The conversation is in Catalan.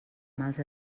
mals